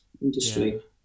industry